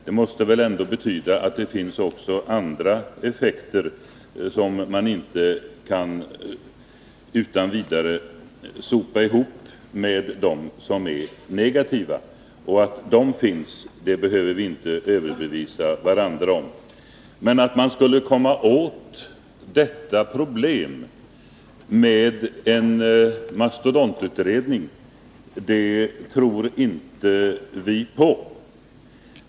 Det måste betyda att det finns andra effekter, som man inte utan vidare kan sopa ihop med dem som är negativa. Och vi behöver inte överbevisa varandra om att de finns. Vi trorinte att man kommer åt detta problem med en mastodontutredning.